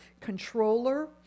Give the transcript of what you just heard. controller